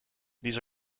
these